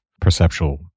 perceptual